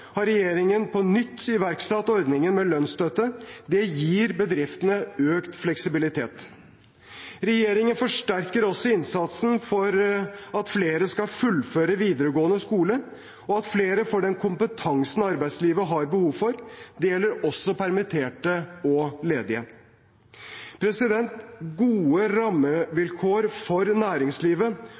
har regjeringen på nytt iverksatt ordningen med lønnsstøtte. Det gir bedriftene økt fleksibilitet. Regjeringen forsterker også innsatsen for at flere skal fullføre videregående skole, og for at flere får den kompetansen arbeidslivet har behov for. Det gjelder også permitterte og ledige. Gode rammevilkår for næringslivet